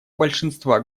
большинства